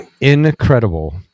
incredible